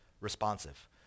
responsive